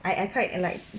I I quite like